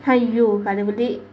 !aiyo!